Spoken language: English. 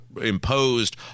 imposed